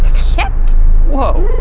check whoa,